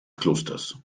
klosters